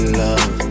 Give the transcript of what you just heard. love